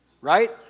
right